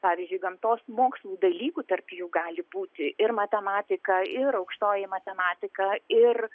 pavyzdžiui gamtos mokslų dalykų tarp jų gali būti ir matematiką ir aukštoji matematika ir